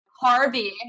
Harvey